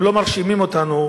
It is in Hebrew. הם לא מרשימים אותנו.